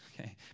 okay